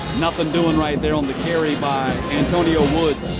nothing doing right there on the carry by antonio woods.